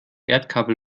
erdkabel